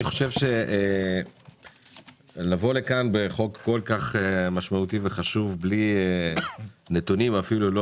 אני חושב שלבוא לכאן בחוק כל כך משמעותי וחשוב בלי נתונים אפילו לא